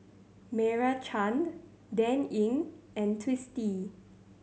Meira Chand Dan Ying and Twisstii